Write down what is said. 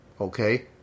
okay